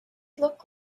look